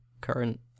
current